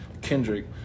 Kendrick